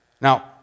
Now